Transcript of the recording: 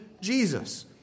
Jesus